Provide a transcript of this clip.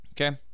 Okay